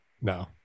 no